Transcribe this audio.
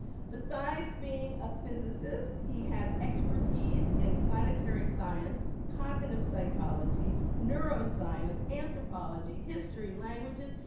besides being a physicist, he has expertise in planetary science, cognitive psychology, neuroscience, anthropology, history, languages,